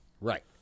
right